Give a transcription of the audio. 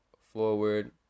forward